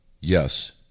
Yes